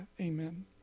Amen